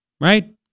right